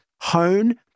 hone